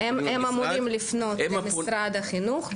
הם אמורים לפנות למשרד החינוך.